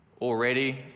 Already